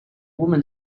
woman